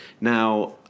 Now